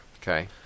Okay